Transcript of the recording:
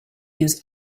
use